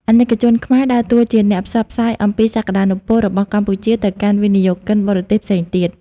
អាណិកជនខ្មែរ ដើរតួជាអ្នកផ្សព្វផ្សាយអំពីសក្ដានុពលរបស់កម្ពុជា ទៅកាន់វិនិយោគិនបរទេសផ្សេងទៀត